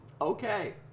okay